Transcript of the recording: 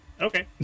okay